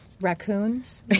raccoons